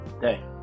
Hey